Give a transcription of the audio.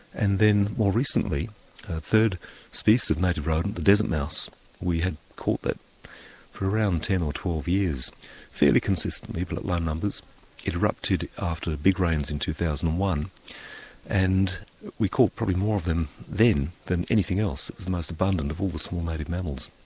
and then more recently the third species of native rodent, the desert mouse we had caught that for around ten or twelve years fairly consistently but at low numbers. it erupted after big rains in two thousand and one and we caught probably more of them then than anything else it was the most abundant of all the small native mammals.